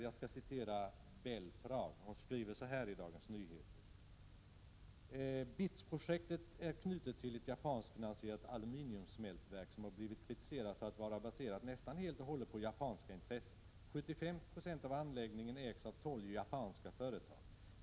Jag skall citera vad Eva Belfrage skriver i Dagens Nyheter den 22 november: ”-—-- är Bits-projektet knutet till ett japanskt finansierat aluminiumsmältverk som har blivit kritiserat för att vara baserat nästan helt och hållet på japanska intressen. 75 procent av anläggningen ägs av tolv japanska företag.